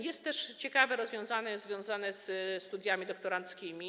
Jest też ciekawe rozwiązanie związane ze studiami doktoranckimi.